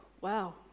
Wow